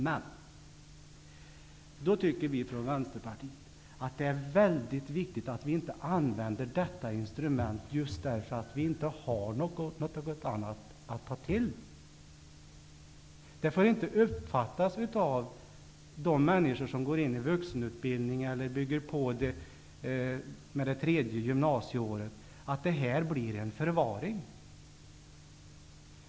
Men då tycker vi från Vänsterpartiet att det är väldigt viktigt att vi inte använder detta instrument just därför att vi inte har något annat att ta till. De människor som går in i vuxenutbildning eller bygger på med det tredje gymnasieåret får inte uppfatta att detta blir en förvaring.